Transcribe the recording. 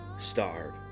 starve